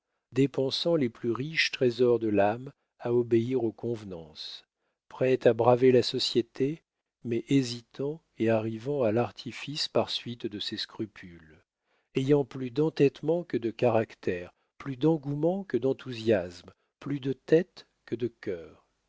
dépensant les plus riches trésors de l'âme à obéir aux convenances prête à braver la société mais hésitant et arrivant à l'artifice par suite de ses scrupules ayant plus d'entêtement que de caractère plus d'engouement que d'enthousiasme plus de tête que de cœur